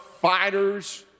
fighters